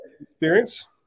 experience